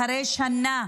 אחרי שנה,